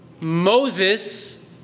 Moses